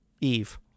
eve